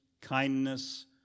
kindness